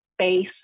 space